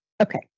Okay